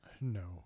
No